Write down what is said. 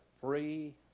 free